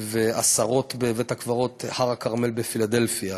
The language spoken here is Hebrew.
ועשרות בבית-הקברות "הר הכרמל" בפילדלפיה.